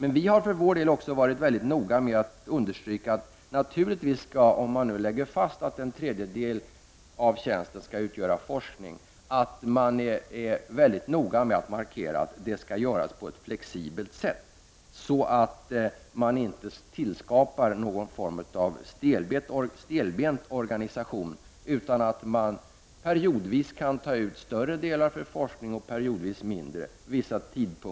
Men vi har för vår del också varit väldigt noga med att understryka att, om vi lägger fast principen att en tredjedel av tjänsten skall utgöras av forskningsarbete, så skall denna princip tillämpas mycket flexibelt. Man skall inte skapa någon form av stelbent organisation, utan periodvis kunna använda en större andel av tiden till forskning och vissa andra perioder en mindre andel.